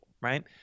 Right